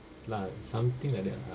lah something like that ah